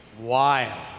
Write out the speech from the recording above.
wild